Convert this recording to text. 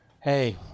Hey